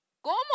¿Cómo